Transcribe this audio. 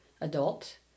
adult